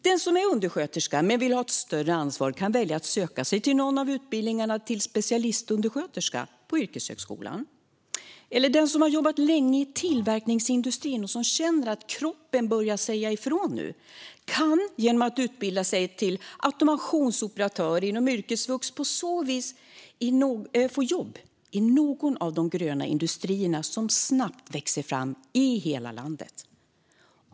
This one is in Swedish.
Den som är undersköterska men vill ha ett större ansvar kan välja att söka sig till någon av utbildningarna till specialistundersköterska på yrkeshögskolan. Den som har jobbat länge i tillverkningsindustrin och känner att kroppen börjar säga ifrån kan genom att utbilda sig till automationsoperatör inom yrkesvux få jobb i någon av de gröna industrier som snabbt växer fram i hela landet.